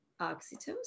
Oxytocin